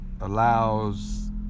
allows